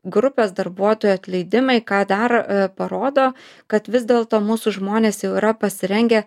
grupės darbuotojų atleidimai ką daro parodo kad vis dėlto mūsų žmonės jau yra pasirengę